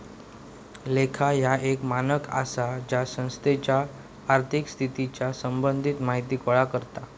लेखा ह्या एक मानक आसा जा संस्थेच्या आर्थिक स्थितीच्या संबंधित माहिती गोळा करता